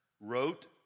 wrote